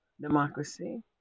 democracy